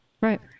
Right